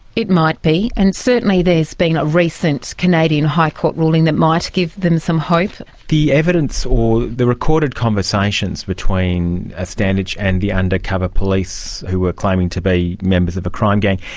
it might be. and certainly there's been a recent canadian high court ruling that might give them some hope. the evidence or the recorded conversations between ah standage and the undercover police who were claiming to be members of a crime gang,